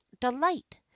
delight